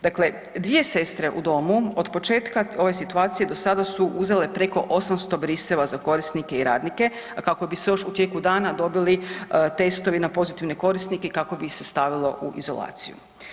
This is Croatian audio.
Dakle, dvije sestre u domu od početka ove situacije do sada su uzele preko 800 briseva za korisnike i radnike, a kako bi se još u tijeku dana dobili testovi na pozitivne korisnike i kako bi ih se stavilo u izolaciju.